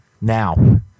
Now